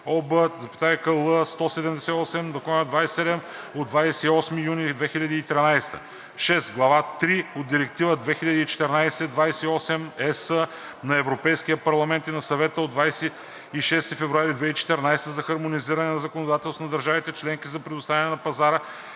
(ОВ, L 178/27 от 28 юни 2013 г.); 6. Глава 3 от Директива 2014/28/ЕС на Европейския парламент и на Съвета от 26 февруари 2014 г. за хармонизиране на законодателствата на държавите членки за предоставяне на пазара